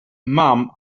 mum